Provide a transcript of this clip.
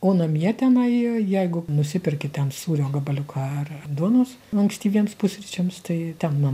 o namie tenai jeigu nusipirki ten sūrio gabaliuką ar duonos ankstyviems pusryčiams tai ten man